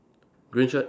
green shirt